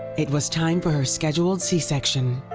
it was time for her scheduled c-section.